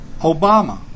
Obama